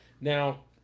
Now